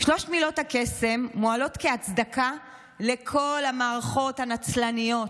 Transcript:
שלוש מילות הקסם מועלות כהצדקה לכל המערכות הנצלניות: